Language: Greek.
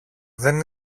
δεν